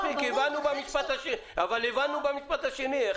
הבנו במשפט השני.